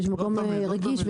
יש מקום רגיש,